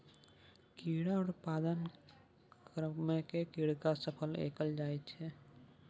कीड़ा उत्पादनक क्रममे कीड़ाक सफाई कएल जाइत छै